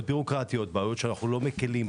בירוקרטיות ובגלל זה שאנחנו לא מקילים,